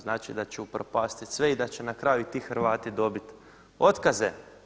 Znači da će upropastiti sve i da će na kraju i ti Hrvati dobiti otkaze.